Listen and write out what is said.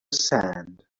sand